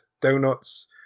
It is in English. donuts